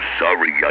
sorry